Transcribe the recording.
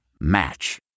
match